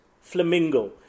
flamingo